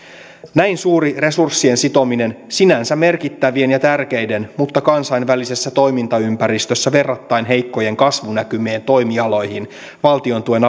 näin suuri resurssien sitominen sinänsä merkittävien ja tärkeiden mutta kansainvälisessä toimintaympäristössä verrattain heikkojen kasvunäkymien toimialoihin valtiontuen